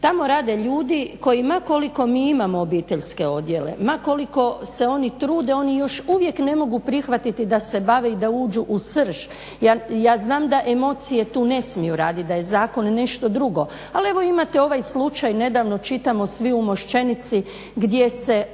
tamo rade ljudi kojima koliko mi imamo obiteljske odjele, ma koliko se oni trude oni još uvijek ne mogu prihvatiti da se bave i da uđu u srž, ja znam da emocije tu ne smiju raditi, da je zakon nešto drugo, ali evo imate ovaj slučaj, nedavno čitamo svi u Moščenici gdje se